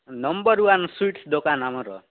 number one sweets ଦୋକାନ ଆମର